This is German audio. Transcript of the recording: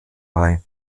bei